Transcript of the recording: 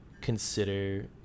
Consider